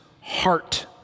heart